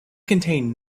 contained